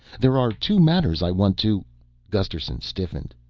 there are two matters i want to gusterson stiffened.